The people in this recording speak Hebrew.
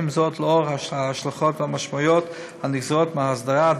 זאת לאור ההשלכות והמשמעויות הנגזרות מהסדרה,